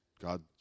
God